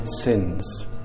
sins